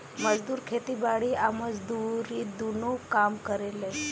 मजदूर खेती बारी आ मजदूरी दुनो काम करेले